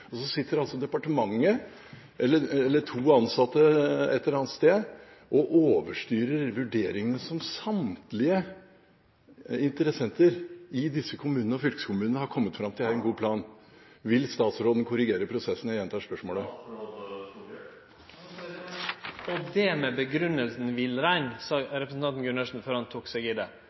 Og så sitter altså departementet – eller to ansatte et eller annet sted – og overstyrer vurderingene som samtlige interessenter i disse kommunene og fylkeskommunene har kommet fram til at er en god plan. Jeg gjentar spørsmålet: Vil statsråden korrigere prosessen? «Og det med begrunnelsen villrein», sa representanten Gundersen før han tok seg i det.